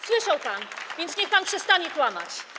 Słyszał pan, więc niech pan przestanie kłamać.